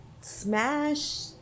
smash